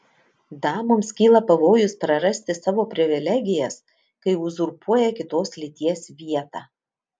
damoms kyla pavojus prarasti savo privilegijas kai uzurpuoja kitos lyties vietą